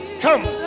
Come